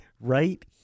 Right